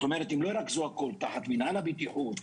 אם לא ירכזו הכול תחת מנהל הבטיחות,